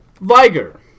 Viger